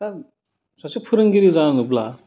दा सासे फोरोंगिरि जानांगौब्ला